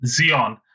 Xeon